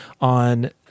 on